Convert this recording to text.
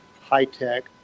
high-tech